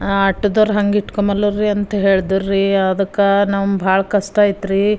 ಆಟೋದವರು ಹಾಗೆ ಇಟ್ಕೊಮಲ್ಲೂರು ಅಂಥೇಳ್ದರಿ ಅದಕ್ಕ ನಮಗ ಭಾಳ ಕಷ್ಟ ಐತ್ರಿ